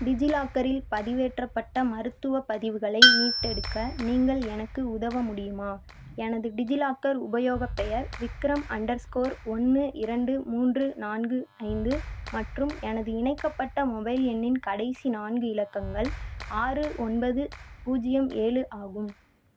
டிஜிலாக்கரில் பதிவேற்றப்பட்ட மருத்துவ பதிவுகளை மீட்டெடுக்க நீங்கள் எனக்கு உதவ முடியுமா எனது டிஜிலாக்கர் உபயோகப் பெயர் விக்ரம் அண்டர் ஸ்கோர் ஒன்று இரண்டு மூன்று நான்கு ஐந்து மற்றும் எனது இணைக்கப்பட்ட மொபைல் எண்ணின் கடைசி நான்கு இலக்கங்கள் ஆறு ஒன்பது பூஜ்ஜியம் ஏழு ஆகும்